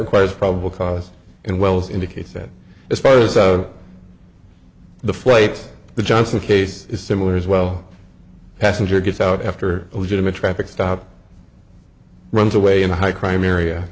requires probable cause and wells indicates that as far as the flight the johnson case is similar as well passenger gets out after a legitimate traffic stop runs away in a high crime area